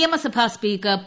നിയമസഭാ speaker P